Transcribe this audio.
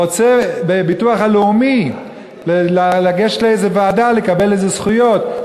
הוא רוצה בביטוח הלאומי לגשת לאיזו ועדה לקבל זכויות,